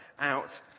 out